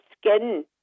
skin